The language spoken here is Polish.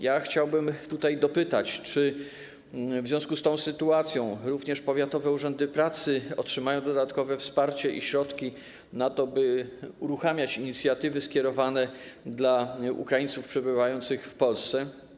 Ja chciałbym tutaj dopytać, czy w związku z tą sytuacją również powiatowe urzędy pracy czy ośrodki turystyczne otrzymają dodatkowe wsparcie i środki na to, by uruchamiać inicjatywy skierowane do Ukraińców przebywających w Polsce.